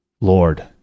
Lord